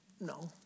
No